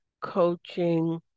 coaching